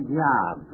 job